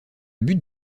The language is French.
but